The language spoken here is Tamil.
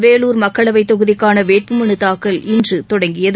வேலூர் மக்களவைத் தொகுதிக்கான வேட்பு மனுதாக்கல் இன்று தொடங்கியது